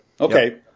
Okay